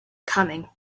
coming